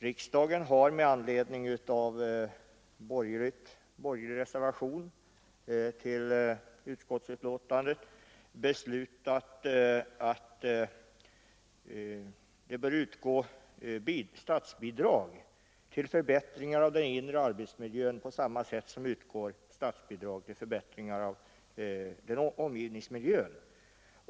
Riksdagen harju med anledning av en borgerlig reservation beslutat att statsbidrag bör utgå till förbättringar av arbetsmiljön, på samma sätt som statsbidrag utgår till förbättringar av omgivningsmiljön.